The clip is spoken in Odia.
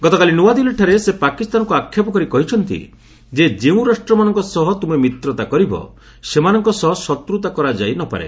ଗତକାଲି ନୂଆଦିଲ୍ଲୀଠାରେ ସେ ପାକିସ୍ତାନକୁ ଅକ୍ଷେପ କରି କହିଛନ୍ତି ଯେ ଯେଉଁ ରାଷ୍ଟ୍ରମାନଙ୍କ ସହ ତୁମେ ମିତ୍ରତା କରିବ ସେମାନଙ୍କ ସହ ଶତ୍ରୁତା କରାଯାଇ ନ ପାରେ